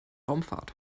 raumfahrt